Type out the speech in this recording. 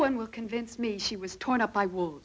one will convince me she was torn up i will